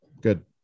good